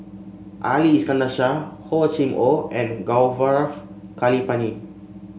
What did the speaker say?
Ali Iskandar Shah Hor Chim Or and Gaurav Kripalani